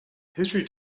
history